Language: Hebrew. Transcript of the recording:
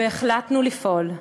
והחלטנו לפעול.